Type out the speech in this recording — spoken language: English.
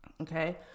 okay